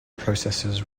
processes